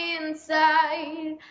inside